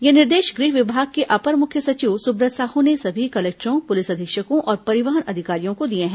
यह निर्देश गृह विभाग के अपर मुख्य सचिव सुव्रत साहू ने सभी कलेक्टरों पुलिस अधीक्षकों और परिवहन अधिकारियों को दिए हैं